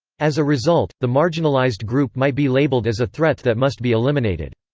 as a result, the marginalized group might be labeled as a threat that must be eliminated.